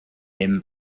him